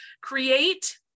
create